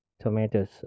tomatoes